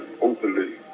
openly